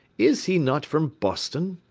is he not from boston?